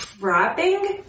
wrapping